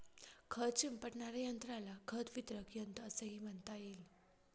खत शिंपडणाऱ्या यंत्राला खत वितरक यंत्र असेही म्हणता येईल